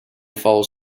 follows